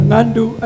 Nandu